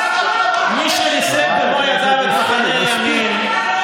ריסקת מחנה שלם.